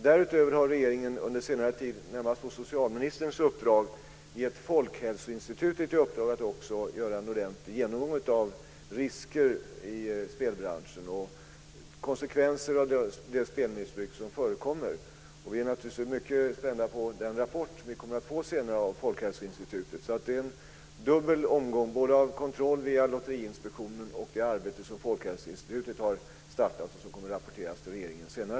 Därutöver har regeringen under senare tid, närmast på socialministerns uppdrag, gett Folkhälsoinstitutet i uppdrag att göra en ordentlig genomgång av risker i spelbranschen och konsekvenser av det spelmissbruk som förekommer. Vi är naturligtvis mycket spända på den rapport som vi senare kommer att få från Folkhälsoinstitutet. Det är en dubbel omgång av kontroll, via både Lotteriinspektionen och det arbete som Folkhälsoinstitutet har startat och som kommer att rapporteras till regeringen senare.